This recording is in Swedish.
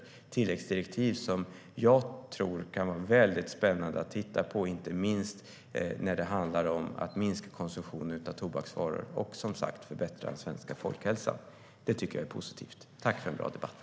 Det är tilläggsdirektiv jag tror kan vara väldigt spännande att titta på inte minst när det handlar om att minska konsumtionen av tobaksvaror och, som sagt, förbättra den svenska folkhälsan. Det tycker jag är positivt. Tack för en bra debatt!